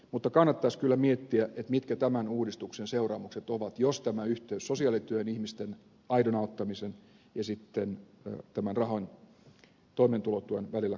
mutta kannattaisi kyllä miettiä mitkä tämän uudistuksen seuraamukset ovat jos tämä yhteys sosiaalityön ihmisten aidon auttamisen ja sitten tämän toimeentulotuen välillä katkaistaan